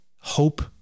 hope